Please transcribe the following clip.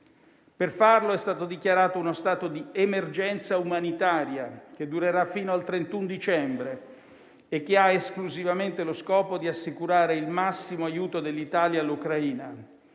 Per farlo è stato dichiarato uno stato di emergenza umanitaria che durerà fino al 31 dicembre e che ha esclusivamente lo scopo di assicurare il massimo aiuto dell'Italia all'Ucraina.